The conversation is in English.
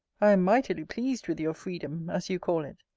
i am mightily pleased with your freedom, as you call it.